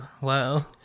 Wow